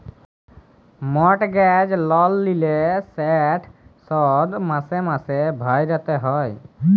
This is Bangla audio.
মর্টগেজ লল লিলে সেট শধ মাসে মাসে ভ্যইরতে হ্যয়